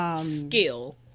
Skill